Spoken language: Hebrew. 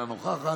אינה נוכחת,